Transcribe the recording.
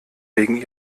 wegen